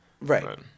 Right